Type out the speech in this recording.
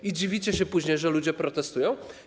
I dziwicie się później, że ludzie protestują?